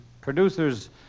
Producers